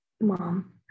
mom